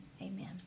amen